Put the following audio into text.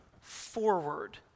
forward